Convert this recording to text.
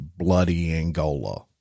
bloodyangola